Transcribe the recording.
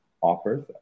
offers